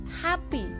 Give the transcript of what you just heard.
happy